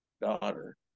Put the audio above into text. daughter